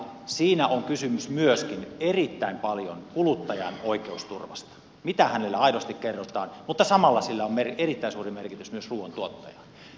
siinä on kysymys myöskin erittäin paljon kuluttajan oikeusturvasta mitä hänelle aidosti kerrotaan mutta samalla sillä on erittäin suuri merkitys myös ruuan tuottajalle